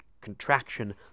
contraction